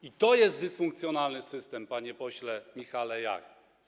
I to jest dysfunkcjonalny system, panie pośle Michale Jach.